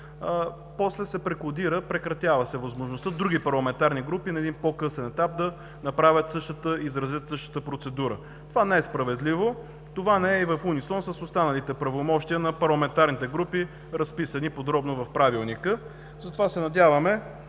после се преклудира, прекратява се възможността други парламентарни групи на един по-късен етап да направят, да изразят същата процедура. Това не е справедливо. То не е и в унисон с останалите правомощия на парламентарните групи, разписани подробно в Правилника. Затова се надяваме